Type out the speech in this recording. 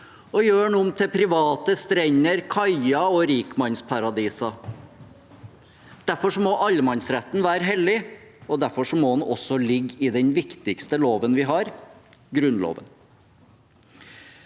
og gjør den om til private strender, kaier og rikmannsparadiser. Derfor må allemannsretten være hellig, og derfor må den også ligge i den viktigste loven vi har: Grunnloven.